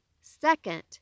second